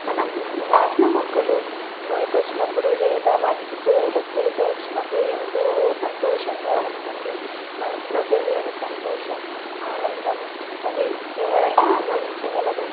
మనం నాటిన మొక్కలు మొలక వచ్చినప్పుడు లేదా వాటికి పువ్వులు పూత వచ్చినప్పుడు ఎంతో సంతోషంగా ఉంటుంది మనసులో తెలియని సంతోషం ఆనందం అది ఎవరైనా అనుభవించగలరు